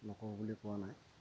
নকৰোঁ বুলি কোৱা নাই